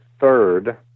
third